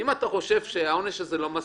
אם אתה חושב שהעונש הזה לא מספיק,